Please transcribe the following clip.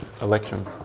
election